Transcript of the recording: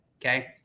Okay